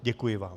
Děkuji vám.